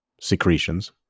secretions